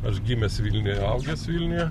aš gimęs vilniuje augęs vilniuje